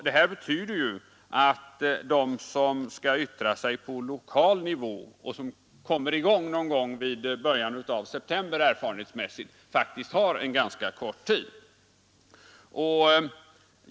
Det innebär att de som skall yttra sig på lokal nivå och som erfarenhetsmässigt kommer i gång någon gång i början på september faktiskt har ganska kort tid på sig.